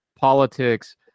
Politics